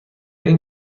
این